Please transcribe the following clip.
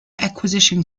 acquisition